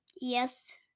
Yes